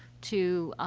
to,